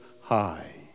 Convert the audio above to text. high